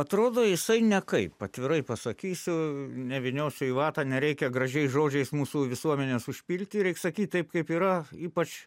atrodo jisai nekaip atvirai pasakysiu nevyniosiu į vatą nereikia gražiais žodžiais mūsų visuomenės užpilti reik sakyt taip kaip yra ypač